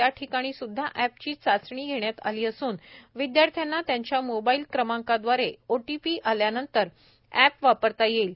त्याठीकाणी सुद्धा एपची चाचणी घेण्यात आली असून विद्यार्थ्यांना त्यांच्या मोबाईल क्रमांकादवारे ओटीपि आल्यानंतर एप वापरता येईल